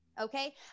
Okay